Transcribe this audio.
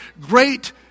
great